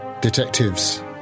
detectives